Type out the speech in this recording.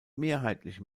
mehrheitlich